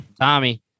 tommy